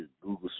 Google